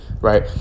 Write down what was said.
right